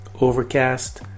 Overcast